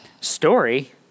story